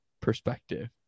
perspective